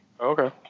Okay